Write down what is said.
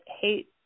hate